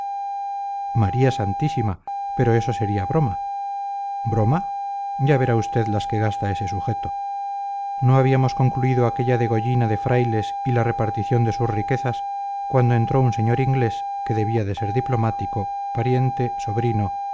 maría santísima pero eso sería broma broma ya verá usted las que gasta ese sujeto no habíamos concluido aquella degollina de frailes y la repartición de sus riquezas cuando entró un señor inglés que debía de ser diplomático pariente sobrino